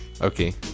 Okay